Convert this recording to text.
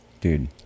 Dude